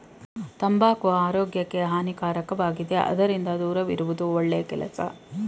ತಂಬಾಕು ಆರೋಗ್ಯಕ್ಕೆ ಹಾನಿಕಾರಕವಾಗಿದೆ ಅದರಿಂದ ದೂರವಿರುವುದು ಒಳ್ಳೆ ಕೆಲಸ